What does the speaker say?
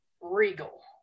Regal